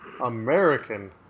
American